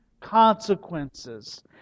consequences